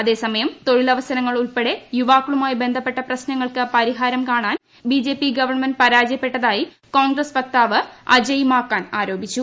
അതേസമയം തൊഴിൽ അവസരങ്ങൾ ഉൾപ്പെടെ യുവാക്കളുമായി ബന്ധപ്പെട്ട പ്രശ്നങ്ങൾക്ക് പരിഹാരം കാണാൻ ബിജെപി ഗവൺമെന്റ് പരാജയപ്പെട്ടതായി കോൺഗ്രസ് വക്താവ് അജയ് മാക്കൻ ആരോപിച്ചു